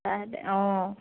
অঁ